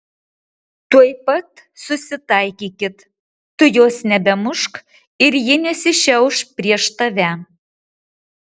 tuoj pat susitaikykit tu jos nebemušk ir ji nesišiauš prieš tave